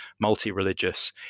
multi-religious